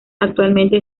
actualmente